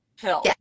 pill